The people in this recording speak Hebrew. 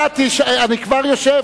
זה דיון של עשר דקות עכשיו?